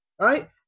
right